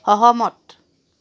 সহমত